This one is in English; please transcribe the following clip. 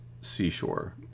seashore